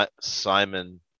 Simon